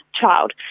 child